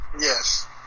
Yes